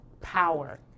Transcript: power